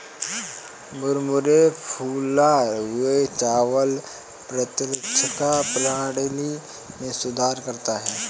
मुरमुरे फूला हुआ चावल प्रतिरक्षा प्रणाली में सुधार करता है